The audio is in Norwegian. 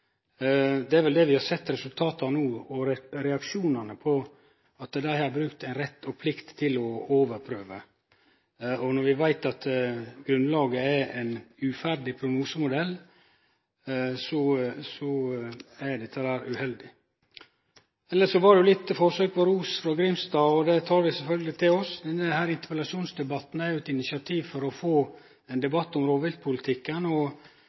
Det er vel det vi har sett resultatet av no: reaksjonane på at dei har brukt rett og plikt til å overprøve. Når vi veit at grunnlaget er ein uferdig prognosemodell, er dette uheldig. Elles var det eit forsøk på ros frå representanten Grimstad, og det tek vi sjølvsagt til oss. Denne interpellasjonsdebatten er eit initiativ til å få ein debatt om rovviltpolitikken, og